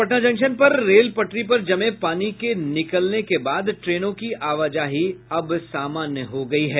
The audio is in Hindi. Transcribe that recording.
पटना जंक्शन पर रेल पटरी पर जमे पानी के निकलने के बाद ट्रेनों की आवाजाही सामान्य हो गयी है